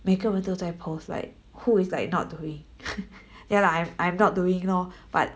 每个人都在 post like who is like not doing then ya lah I'm I'm not doing lor but